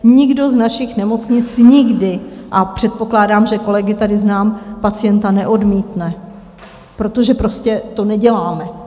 Nikdo z našich nemocnic nikdy a předpokládám, že kolegy tady znám pacienta neodmítne, protože to prostě neděláme.